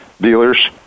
dealers